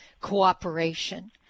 cooperation